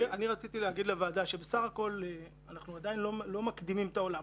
אני רציתי להגיד לוועדה שבסך הכול אנחנו עדיין לא מקדימים את העולם.